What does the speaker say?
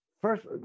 first